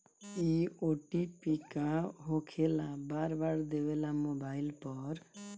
इ ओ.टी.पी का होकेला बार बार देवेला मोबाइल पर?